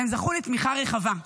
והן זכו לתמיכה רחבה.